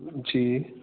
जी